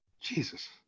Jesus